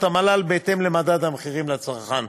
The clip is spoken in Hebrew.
המל"ל בהתאם למדד המחירים לצרכן.